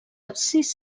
absis